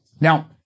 Now